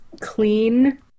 clean